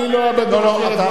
אני לא בדור של דואר הזבל.